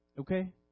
Okay